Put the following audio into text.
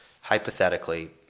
hypothetically